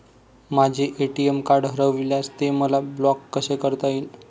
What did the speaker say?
माझे ATM card हरविल्यास ते मला ब्लॉक कसे करता येईल?